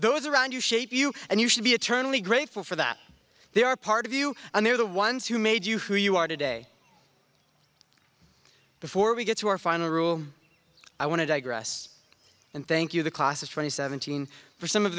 those around you shaped you and you should be eternally grateful for that they are part of you and they are the ones who made you who you are today before we get to our final rule i want to digress and thank you the class of twenty seventeen for some of